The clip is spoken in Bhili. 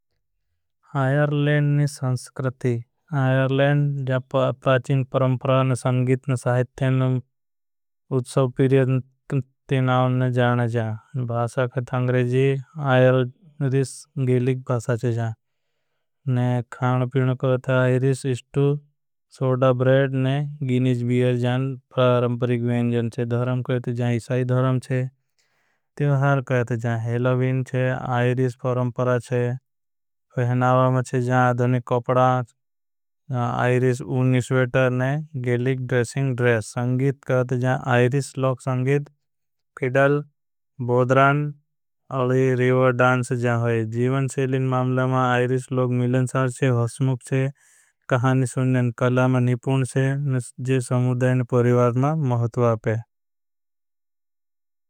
आयरलेंड नी संस्कृती आयरलेंड जा प्राचीन परंपरान संगीतन। साहित्यन उच्छव पीरें ती नावन जान जान। कता अंग्रेजी आयरिश गेलिक भासा चे जान खान पीन कहते। आयरिश इस्टू सोडा ब्रेड ने गीनीज बीयल जान पारंपरिक ने। व्यंजन छे कहीं ते ईसाई धरम छे कहें ते हैलोवीन छे आइरिश। परंपरा छे मे छे जान अधुनी कोपड़ा आयरिश उनी स्वेटर ने। गेलिक ड्रेसिंग ड्रेस कहते जान आयरिश लोग संगीत फिडल। बोधरान अलही रीवर डांस जान है शैली ने मामला मा आयरिश लोग मिलनसार चे होसमुक चे कहानी सुन नेन कलाम निपून शे नस्जी समुदाईन पोरिवार्मा महत्वापे।